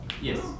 Yes